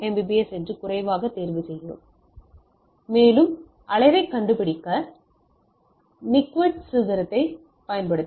S என்று குறைவாக தேர்வுசெய்கிறோம் மேலும் அளவைக் கண்டுபிடிக்க நிக்விஸ்ட் சூத்திரத்தைப் பயன்படுத்தவும்